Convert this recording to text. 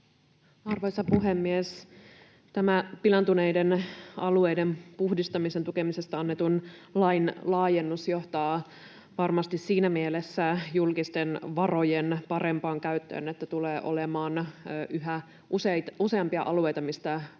Arvoisa puhemies! Tämä pilaantuneiden alueiden puhdistamisen tukemisesta annetun lain laajennus johtaa varmasti siinä mielessä julkisten varojen parempaan käyttöön, että tulee olemaan yhä useampia alueita, mistä valita